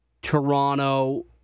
Toronto